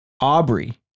Aubrey